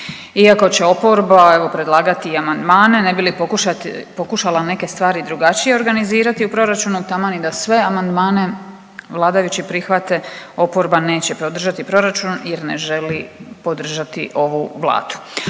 Iako će oporba evo predlagati i amandmane ne bi li pokušala neke stvari drugačije organizirati u proračunu, taman i da sve amandmane vladajući prihvate oporba neće podržati proračun jer ne želi podržati ovu Vladu.